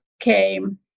came